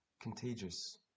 contagious